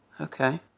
Okay